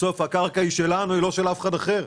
בסוף הקרקע היא שלנו, היא לא של אף אחד אחר.